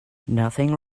nothing